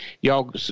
y'all